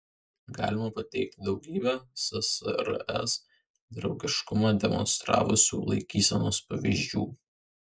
galima pateikti daugybę ssrs draugiškumą demonstravusių laikysenos pavyzdžių